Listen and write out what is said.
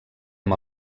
amb